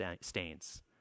stains